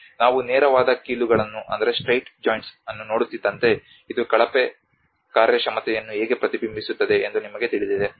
ನಾವು ನೇರವಾದ ಕೀಲುಗಳನ್ನು ನೋಡುತ್ತಿದ್ದಂತೆ ಇದು ಕಳಪೆ ಕಾರ್ಯಕ್ಷಮತೆಯನ್ನು ಹೇಗೆ ಪ್ರತಿಬಿಂಬಿಸುತ್ತದೆ ಎಂದು ನಿಮಗೆ ತಿಳಿದಿದೆ